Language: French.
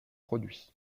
produits